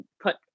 put